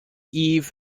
eve